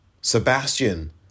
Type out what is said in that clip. Sebastian